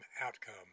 outcome